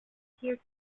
adhere